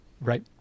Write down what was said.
Right